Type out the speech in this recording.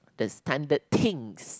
the standard thinks